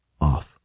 off